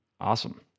Awesome